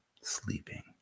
sleeping